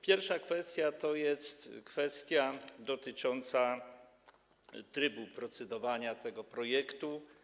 Pierwsza kwestia to jest kwestia dotycząca trybu procedowania nad tym projektem.